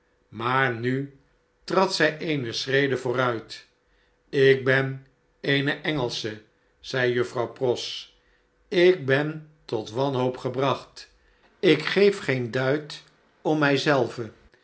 maar nu trad zn eene schrede vooruit ik ben eene engelsche zei juffrouw pross ik ben tot wanhoop gebracht ik geef geen duit om